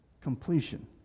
Completion